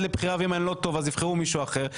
לבחירה ואם אני לא טוב אז יבחרו מישהו אחר,